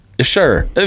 Sure